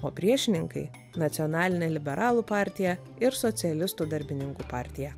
o priešininkai nacionalinė liberalų partija ir socialistų darbininkų partija